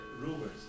rumors